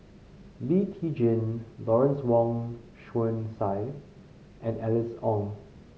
Lee Tjin Lawrence Wong Shyun Tsai and Alice Ong